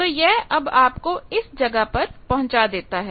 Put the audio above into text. तो यह अब आपको इस जगह पर पहुंचा देता है